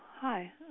hi